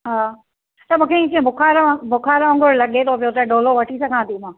हा त इएं मूंखे बुखार वांगुरु लॻे थो पियो त डोलो वठी सघां थी मां